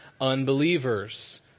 unbelievers